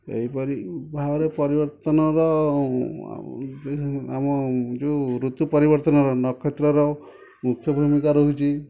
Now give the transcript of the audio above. ଏହିପରି ଭାବରେ ପରିବର୍ତ୍ତନର ଆମ ଯେଉଁ ଋତୁ ପରିବର୍ତ୍ତନର ନକ୍ଷେତ୍ରର ମୁଖ୍ୟ ଭୂମିକା ରହୁଛି